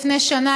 לפני שנה,